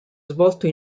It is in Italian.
svolto